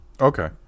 Okay